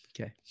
Okay